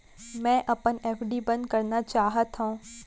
मै अपन एफ.डी बंद करना चाहात हव